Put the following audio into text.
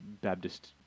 Baptist